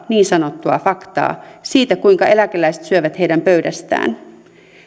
niin sanottua faktaa siitä kuinka eläkeläiset syövät heidän pöydästään